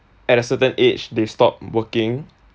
at a certain age they stop working